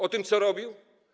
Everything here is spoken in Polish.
O tym, co robił?